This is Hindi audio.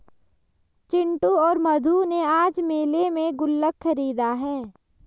चिंटू और मधु ने आज मेले में गुल्लक खरीदा है